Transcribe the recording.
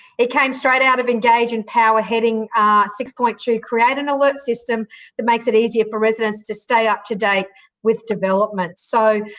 it came straight out of engage and power heading six point two, create an alert system that makes it easier for residents to stay up to date with developments. so,